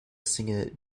singer